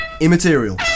immaterial